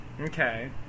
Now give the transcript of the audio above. Okay